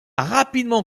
rapidement